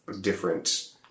different